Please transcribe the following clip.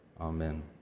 Amen